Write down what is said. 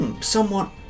somewhat